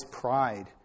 pride